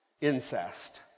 incest